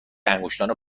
انگشتان